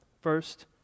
First